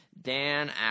Dan